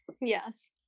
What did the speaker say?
Yes